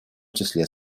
числе